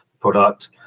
product